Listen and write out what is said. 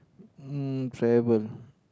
um travel